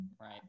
Right